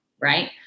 right